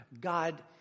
God